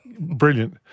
Brilliant